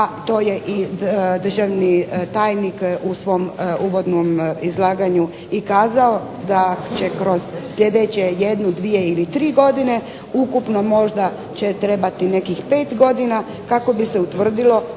a to je i državni tajnik u svom uvodnom izlaganju i kazao da će kroz sljedeće jednu, dvije ili tri godine ukupno možda će trebati nekih pet godina kako bi se utvrdilo